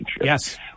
Yes